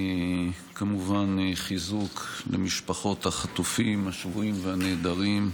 כמובן חיזוק למשפחות החטופים, השבויים והנעדרים.